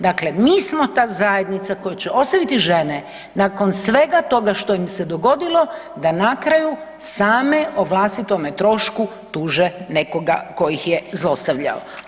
Dakle, mi smo ta zajednica koja će ostaviti žene nakon svega toga što im se dogodilo da na kraju same o vlastitome trošku tuže nekoga tko ih je zlostavljao.